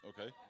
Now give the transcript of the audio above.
Okay